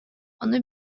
ону